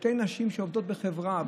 שתי נשים שעובדות בחברה,